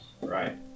Right